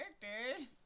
characters